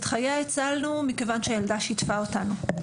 את חייה הצלנו מכיוון שהילדה שיתפה אותנו,